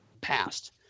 passed